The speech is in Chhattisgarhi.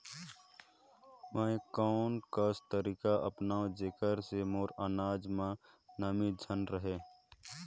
मैं कोन कस तरीका अपनाओं जेकर से मोर अनाज म नमी झन रहे?